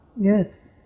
Yes